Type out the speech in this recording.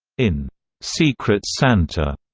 in secret santa,